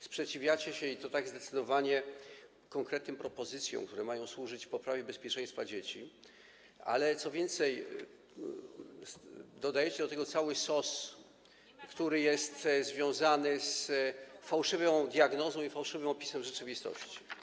Sprzeciwiacie się, i to tak zdecydowanie, konkretnym propozycjom, które mają służyć poprawie bezpieczeństwa dzieci, ale co więcej, dodajecie do tego cały sos, który jest związany z fałszywą diagnozą i fałszywym opisem rzeczywistości.